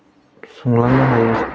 संलांनो हायो